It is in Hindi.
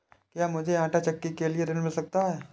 क्या मूझे आंटा चक्की के लिए ऋण मिल सकता है?